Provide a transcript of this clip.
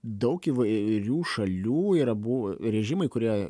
daug įvairių šalių yra buv režimai kurie